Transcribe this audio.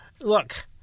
Look